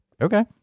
Okay